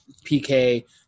PK